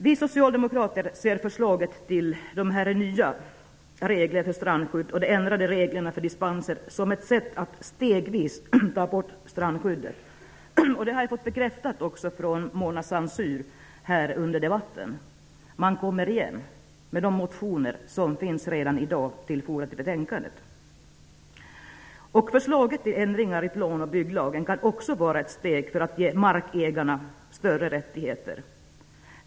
Vi socialdemokrater ser förslaget till nya regler för strandskyddet och de ändrade reglerna för dispenser som ett sätt att stegvis ta bort strandskyddet. Detta har också bekräftats av Mona Saint Cyr under debatten. Man skall komma igen med de motionskrav som behandlas i betänkandet. Förslaget till ändringar i plan och bygglagen kan också vara ett steg mot att ge markägarna större rättigheter.